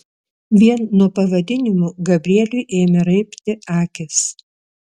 vien nuo pavadinimų gabrieliui ėmė raibti akys